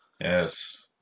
Yes